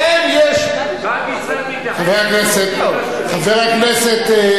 חבר הכנסת זאב,